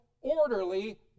orderly